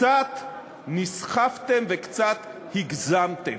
קצת נסחפתם וקצת הגזמתם.